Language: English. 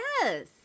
yes